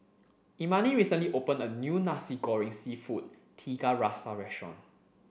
Imani recently opened a new nasi goreng seafood tiga rasa restaurant